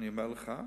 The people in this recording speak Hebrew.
אני אומר לך,